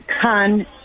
con